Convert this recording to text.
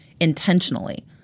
intentionally